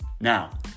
Now